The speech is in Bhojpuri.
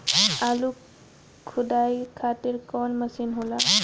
आलू खुदाई खातिर कवन मशीन होला?